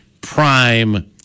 prime